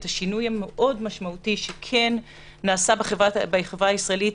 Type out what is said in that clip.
השינוי המאוד משמעותי שכן נעשה בחבר הישראלית,